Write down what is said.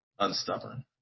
unstubborn